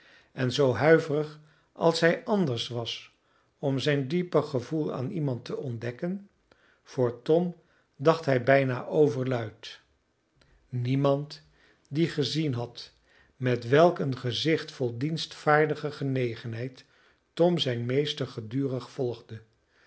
en zoo huiverig als hij anders was om zijn dieper gevoel aan iemand te ontdekken voor tom dacht hij bijna overluid niemand die gezien had met welk een gezicht vol dienstvaardige genegenheid tom zijn meester gedurig volgde